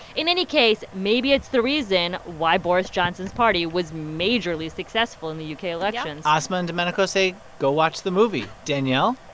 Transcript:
in any case, maybe it's the reason why boris johnson's party was majorly successful in the u k. elections asma and domenico say, go watch the movie. danielle?